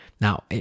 now